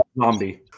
zombie